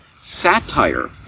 satire